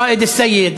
ראאד אל-סייד,